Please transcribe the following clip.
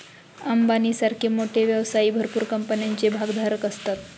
अंबानी सारखे मोठे व्यवसायी भरपूर कंपन्यांचे भागधारक असतात